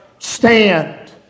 stand